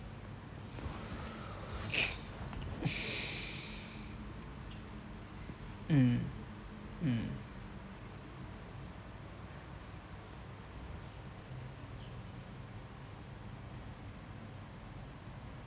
mm mm